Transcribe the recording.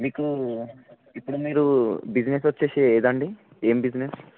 మీకు ఇప్పుడు మీరు బిజినెస్ వచ్చి ఏది అండి ఏమి బిజినెస్